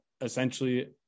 essentially